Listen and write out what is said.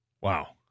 Wow